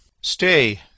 Stay